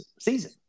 season